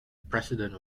precedent